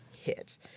hit